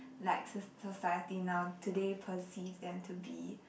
like soc~ society now today perceives them to be